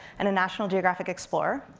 and a national geographic explorer,